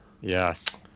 Yes